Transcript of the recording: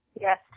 Yes